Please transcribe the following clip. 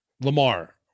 Lamar